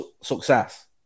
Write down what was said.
success